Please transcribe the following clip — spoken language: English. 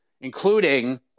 including